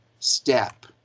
step